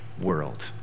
world